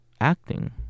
acting